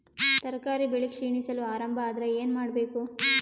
ತರಕಾರಿ ಬೆಳಿ ಕ್ಷೀಣಿಸಲು ಆರಂಭ ಆದ್ರ ಏನ ಮಾಡಬೇಕು?